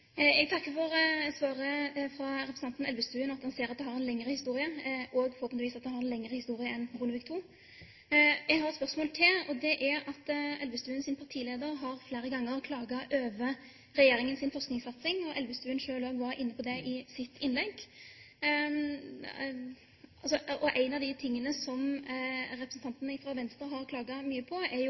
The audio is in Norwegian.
Jeg takker for svaret fra representanten Elvestuen, og at han ser at det har en lengre historie, og at det forhåpentligvis har en lengre historie enn til Bondevik II. Elvestuens partileder har flere ganger klaget over regjeringens forskningssatsing, og Elvestuen var også inne på det i sitt innlegg. En av de tingene som representanten fra Venstre har klaget mye på, er